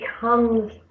becomes